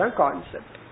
concept